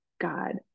God